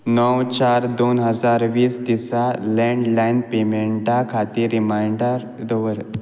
नव चार दोन हजार वीस दिसा लँडलायन पेमँटा खातीर रिमांयडर दवर